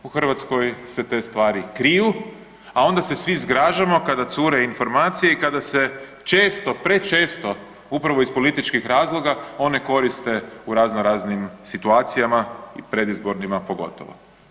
U Hrvatskoj se te stvari kriju, a onda se svi zgražamo kada cure informacije i kada se često, prečesto upravo iz političkih razloga one koriste u razno raznim situacijama, predizbornima pogotovo.